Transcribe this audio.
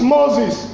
Moses